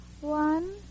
One